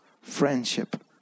friendship